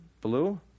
blue